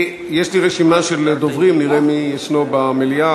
יש לי רשימה של דוברים, נראה מי ישנו במליאה.